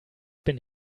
bin